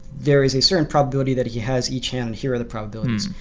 there is a certain probability that he has each hand, here are the probabilities.